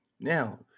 Now